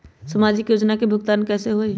समाजिक योजना के भुगतान कैसे होई?